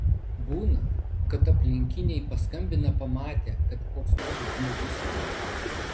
būna kad aplinkiniai paskambina pamatę kad koks nors žmogus šąla